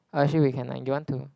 ah actually we can lah you want to